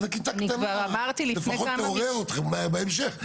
לפחות לעורר אתכם להמשך.